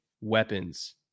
weapons